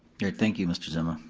thank you, mr. zima.